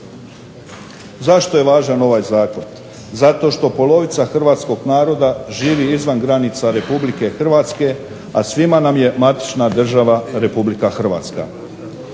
Zašto je važan ovaj zakon? Zato što polovica hrvatskog naroda živi izvan granica Republike Hrvatske, a svima nam je matična država REpublika Hrvatska.